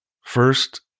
first